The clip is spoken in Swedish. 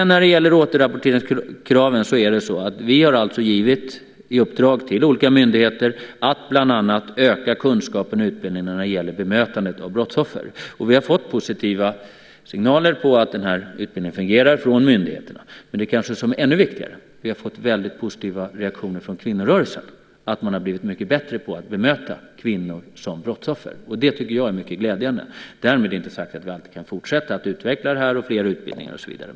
När det gäller återrapporteringskraven har vi givit i uppdrag till olika myndigheter att bland annat öka kunskapen och utbildningen när det gäller bemötandet av brottsoffer. Vi har fått positiva signaler från myndigheterna att den här utbildningen fungerar. Men det som kanske är ännu viktigare är att vi har fått väldigt positiva reaktioner från kvinnorörelsen att man har blivit mycket bättre på att bemöta kvinnor som brottsoffer. Det tycker jag är mycket glädjande. Därmed inte sagt att vi inte kan fortsätta att utveckla det här med fler utbildningar och så vidare.